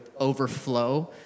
overflow